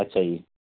अच्छा जी